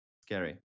scary